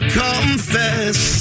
confess